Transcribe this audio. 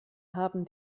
haben